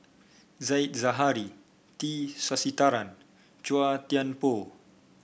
Said Zahari T Sasitharan Chua Thian Poh